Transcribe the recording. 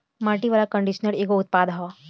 माटी वाला कंडीशनर एगो उत्पाद ह